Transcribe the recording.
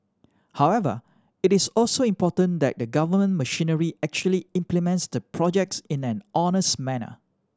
however it is also important that the government machinery actually implements the projects in an honest manner